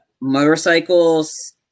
motorcycles